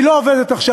היא לא עובדת עכשיו.